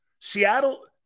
Seattle